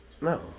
No